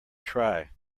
try